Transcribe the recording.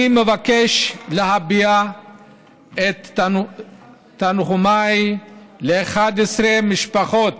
אני מבקש להביע את תנחומיי ל-11 משפחות